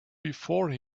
before